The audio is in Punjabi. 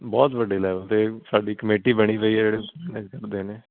ਬਹੁਤ ਵੱਡੇ ਲੈਵਲ 'ਤੇ ਸਾਡੀ ਕਮੇਟੀ ਬਣੀ ਪਈ ਹੈ ਜਿਹੜੇ ਕਰਦੇ ਨੇ